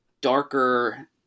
darker